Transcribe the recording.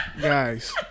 guys